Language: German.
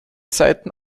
seiten